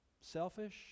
selfish